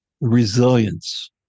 resilience